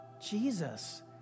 Jesus